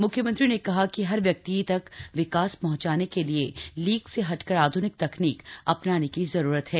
म्ख्यमंत्री ने कहा कि हर व्यक्ति तक विकास पहंचाने के लिए लीक से हटकर आध्निक तकनीक अपनाने की जरूरत है